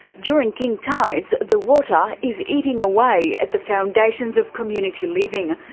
during king tides, the water is eating away at the foundations of community living,